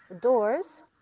doors